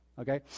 Okay